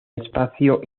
espacio